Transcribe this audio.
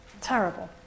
Terrible